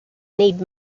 need